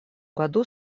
году